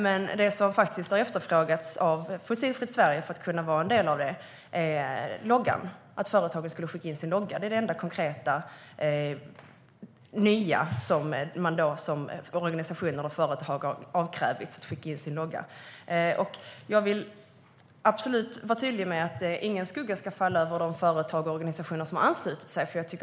Men det som Fossilfritt Sverige har efterfrågat för att företaget, kommunen eller organisationen ska kunna vara en del av initiativet är loggan. Det enda konkreta, nya som organisationer eller företag har avkrävts är att de ska skicka in sin logga. Jag vill vara tydlig med att ingen skugga ska falla över de företag eller organisationer som har anslutit sig.